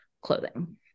clothing